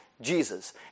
Jesus